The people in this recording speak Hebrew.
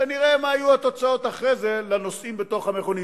ונראה מה יהיו התוצאות אחרי זה לנוסעים בתוך המכונית.